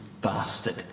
bastard